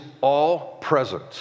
all-present